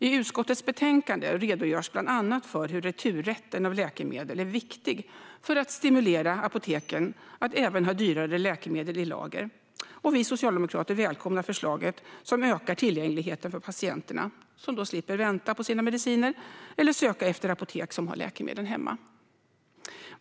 I utskottets betänkande redogörs bland annat för hur returrätten av läkemedel är viktig för att stimulera apoteken att även ha dyrare läkemedel i lager. Vi socialdemokrater välkomnar förslaget. Det ökar tillgängligheten för patienterna, som då slipper vänta på sina mediciner eller söka efter apotek som har läkemedlen hemma.